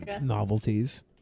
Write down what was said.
novelties